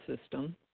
system